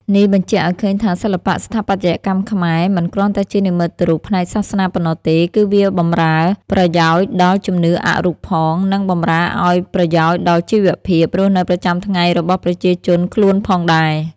នេះបញ្ជាក់អោយឃើញថាសិល្បៈស្ថាបត្យករខ្មែរ មិនគ្រាន់តែជានិមិត្តរូបផ្នែកសាសនាប៉ុណ្ណោះទេ គឺវាបំរើ ប្រយោជន៏ដល់ជំនឿអរូបយផង និង បំរើអោយប្រយោជន៏ដល់ជីវភាព រស់នៅប្រចាំថ្ងៃរបស់ប្រជាជនខ្លួនផងដែរ ។